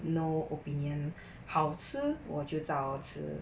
no opinion 好吃我去着吃